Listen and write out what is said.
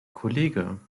kollege